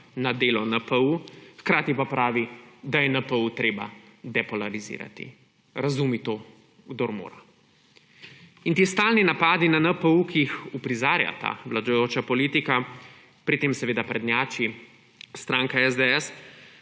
na delo NPU, hkrati pa pravi, da je NPU treba depolitizirati. Razumi to, kdor more. In ti stalni napadi na NPU, ki jih uprizarja ta vladajoča politika, pri tem seveda prednjači stranka SDS,